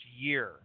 year